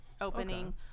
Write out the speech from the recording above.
opening